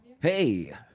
Hey